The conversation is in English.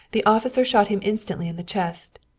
the officer shot him instantly in the chest.